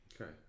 Okay